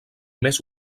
més